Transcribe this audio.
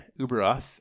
Uberoth